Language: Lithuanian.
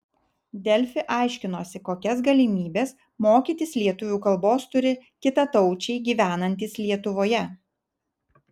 delfi aiškinosi kokias galimybes mokytis lietuvių kalbos turi kitataučiai gyvenantys lietuvoje